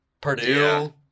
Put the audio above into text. Purdue